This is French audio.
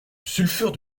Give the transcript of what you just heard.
sulfure